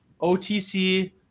OTC